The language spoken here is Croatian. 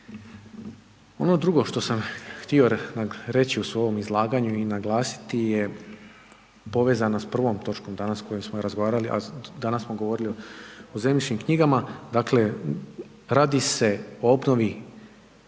Ono drugo što sam htio reći u svome izlaganju i naglasiti je, povezanost s prvom točkom danas o kojoj smo razgovarali, a danas smo govorili o zemljišnim knjigama dakle, radi se o obnovi